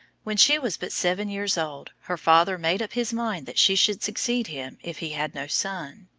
when she was but seven years old, her father made up his mind that she should succeed him if he had no son.